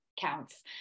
counts